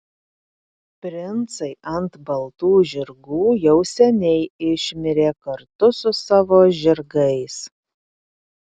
princai ant baltų žirgų jau seniai išmirė kartu su savo žirgais